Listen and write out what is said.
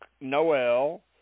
Noel